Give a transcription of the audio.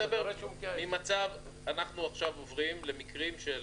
אנחנו עוברים למקרים של